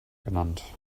genannt